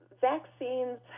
vaccines